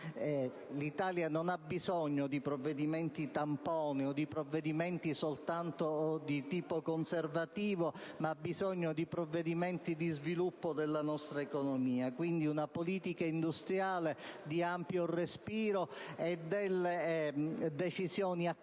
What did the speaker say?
L'Italia non ha bisogno di provvedimenti tampone o soltanto di tipo conservativo, ma di provvedimenti di sviluppo della sua economia, quindi di una politica industriale di ampio respiro e di decisioni accorte,